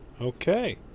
okay